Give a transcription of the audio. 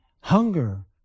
hunger